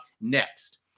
next